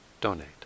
donate